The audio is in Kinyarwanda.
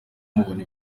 mubona